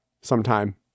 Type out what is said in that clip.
sometime